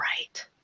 right